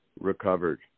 recovered